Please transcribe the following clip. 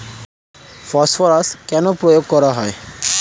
Phosphorus কেন প্রয়োগ করা হয়?